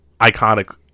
iconic